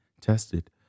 tested